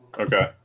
okay